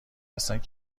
هستند